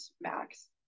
max